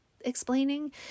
explaining